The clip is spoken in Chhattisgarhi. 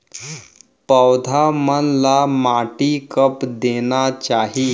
पौधा मन ला माटी कब देना चाही?